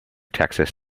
texas